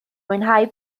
mwynhau